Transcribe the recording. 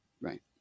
right